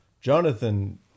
Jonathan